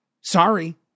Sorry